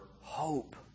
hope